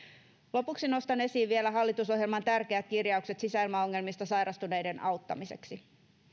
lopuksi nostan esiin vielä hallitusohjelman tärkeät kirjaukset sisäilmaongelmista sairastuneiden auttamiseksi